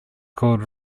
called